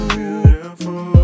beautiful